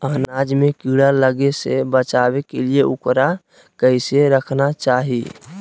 अनाज में कीड़ा लगे से बचावे के लिए, उकरा कैसे रखना चाही?